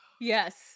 Yes